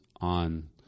on